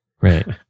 right